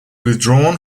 withdrawn